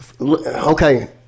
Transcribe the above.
Okay